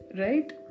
Right